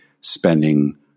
spending